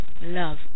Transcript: love